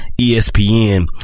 ESPN